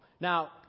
now